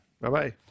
Bye-bye